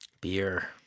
Beer